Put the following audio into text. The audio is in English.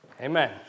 Amen